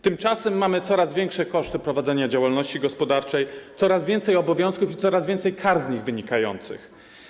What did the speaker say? Tymczasem mamy coraz większe koszty prowadzenia działalności gospodarczej, coraz więcej obowiązków i coraz więcej kar z nich wynikających.